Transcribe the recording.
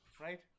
Right